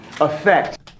Effect